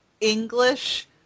English